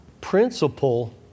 principle